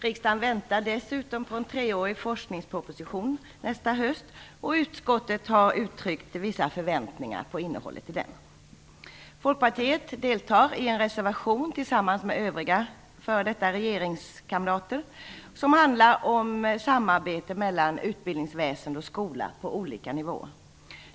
Riksdagen väntar dessutom på en treårig forskningsproposition nästa höst, och utskottet har uttryckt vissa förväntningar på innehållet i den. Folkpartiet har tillsammans med övriga f.d. regeringskamrater till betänkandet fogat en reservation som handlar om samarbete mellan utbildningsväsende och skola på olika nivåer.